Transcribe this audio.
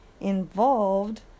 involved